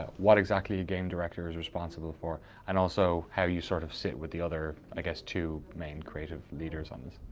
what exactly a game director is responsible for and also how you sort of sit with the other ah two main creative leaders on this.